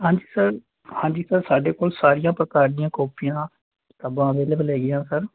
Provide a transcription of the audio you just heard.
ਹਾਂਜੀ ਸਰ ਹਾਂਜੀ ਸਰ ਸਾਡੇ ਕੋਲ ਸਾਰੀਆਂ ਪ੍ਰਕਾਰ ਦੀਆਂ ਕਾਪੀਆਂ ਕਿਤਾਬਾਂ ਅਵੇਲੇਬਲ ਹੈਗੀਆਂ ਸਰ